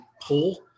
pull